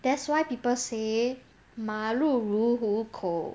that's why people say 马路如虎口